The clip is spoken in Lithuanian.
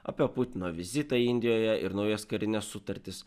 apie putino vizitą indijoje ir naujas karines sutartis